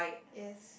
yes